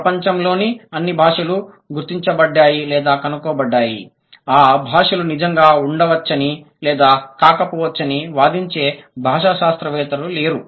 ప్రపంచంలోని అన్ని భాషలు గుర్తించబడ్డాయి లేదా కనుగొనబడ్డాయి ఆ భాషలు నిజంగా ఉండవచ్చని లేదా కాకపోవచ్చని వాదించే భాషా శాస్త్రవేత్తలు లేరు